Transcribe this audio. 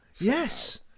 Yes